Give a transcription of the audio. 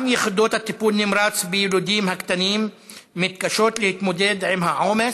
גם יחידות הטיפול נמרץ ביילודים הקטנים מתקשות להתמודד עם העומס,